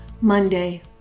Monday